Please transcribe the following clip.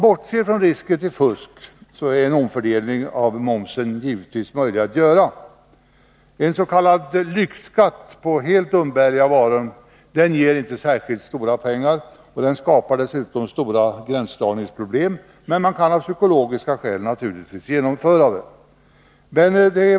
Bortser man från risken för fusk är det givetvis möjligt att göra en omfördelning av momsen. En s.k. lyxskatt på helt umbärliga varor ger inte särskilt stora pengar och skapar dessutom stora gränsdragningsproblem. Men man kan naturligtvis av psykologiska skäl genomföra den.